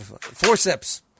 Forceps